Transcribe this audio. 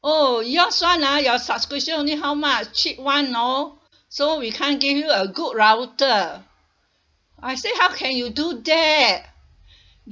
oh yours [one] ah your subscription only how much cheap [one] orh so we can't give you a good router I say how can you do that